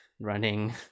running